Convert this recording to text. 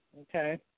Okay